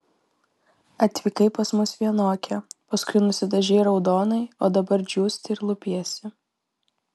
atvykai pas mus vienokia paskui nusidažei raudonai o dabar džiūsti ir lupiesi